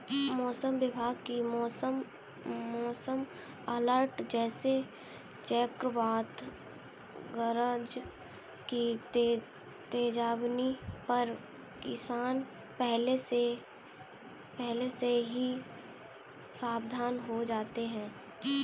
मौसम विभाग की मौसम अलर्ट जैसे चक्रवात गरज की चेतावनी पर किसान पहले से ही सावधान हो जाते हैं